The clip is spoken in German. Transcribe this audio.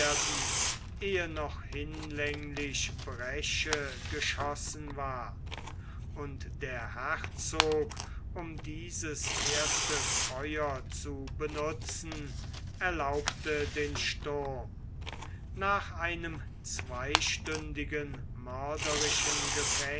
ehe noch hinlänglich bresche geschossen war und der herzog um dieses erste feuer zu benutzen erlaubte den sturm nach einem zweistündigen mörderischen